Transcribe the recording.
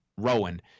Rowan